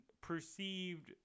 perceived